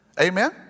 Amen